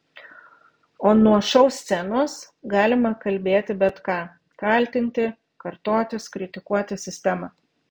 o nuo šou scenos galima kalbėti bet ką kaltinti kartotis kritikuoti sistemą